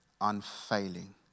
unfailing